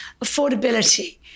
affordability